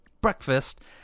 breakfast